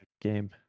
game